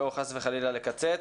לא יוכלו לעמוד בזה,